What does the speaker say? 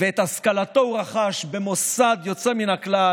ואת השכלתו הוא רכש במוסד יוצא מן הכלל